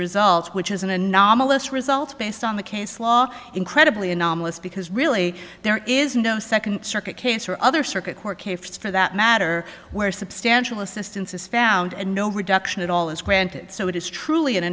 result which is an anomalous result based on the case law incredibly anomalous because really there is no second circuit case or other circuit court cases for that matter where substantial assistance is found and no reduction at all is granted so it is truly a